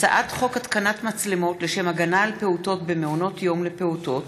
הצעת חוק התקנת מצלמות לשם הגנה על פעוטות במעונות יום לפעוטות,